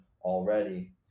already